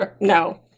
no